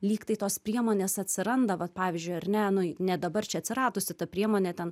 lyg tai tos priemonės atsiranda vat pavyzdžiui ar ne nu ne dabar čia atsiradusi ta priemonė ten